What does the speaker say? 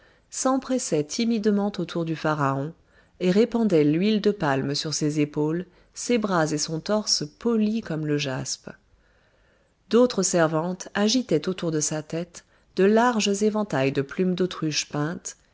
s'empressaient timidement autour du pharaon et répandaient l'huile de palme sur ses épaules ses bras et son torse polis comme le jaspe d'autres servantes agitaient autour de sa tête de larges éventails de plumes d'autruche peintes